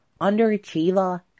underachiever